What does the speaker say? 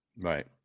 Right